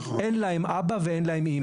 אין להם אבא ואין להם אימא.